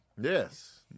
Yes